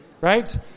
Right